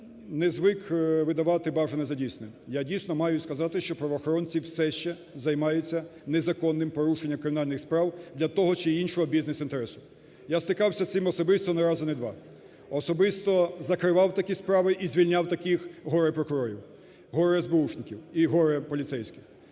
Я не звик видавати бажане за дійсне. Я дійсно маю сказати, що правоохоронці все ще займаються незаконним порушенням кримінальних справ для того чи іншого бізнес-інтересу. Я стикався з цим особисто не раз і не два. Особисто закривав такі справи і звільняв таких горе-прокурорів, горе-есбеушників і горе-поліцейських.